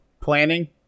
planning